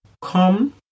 come